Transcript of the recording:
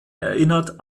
erinnert